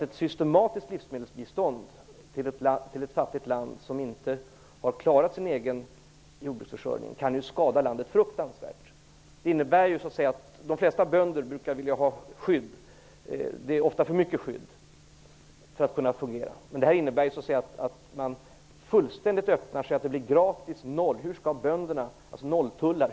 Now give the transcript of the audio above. Ett systematiskt livsmedelsbistånd till ett fattigt land som inte har klarat sin egen jordbruksförsörjning kan skada landet fruktansvärt. De flesta bönder brukar vilja ha skydd. Det är ofta för mycket skydd för att kunna fungera. Detta förslag innebär att man fullständigt öppnar sig, att det blir gratis och blir nolltullar.